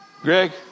Greg